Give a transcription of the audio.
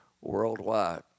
worldwide